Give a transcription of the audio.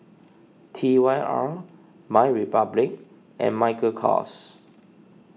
T Y R MyRepublic and Michael Kors